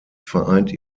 vereint